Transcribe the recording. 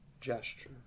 gesture